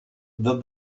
that